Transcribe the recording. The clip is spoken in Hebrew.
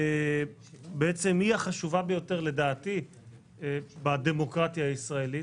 היא החשובה ביותר לדעתי בדמוקרטיה הישראלית.